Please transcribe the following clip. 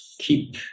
keep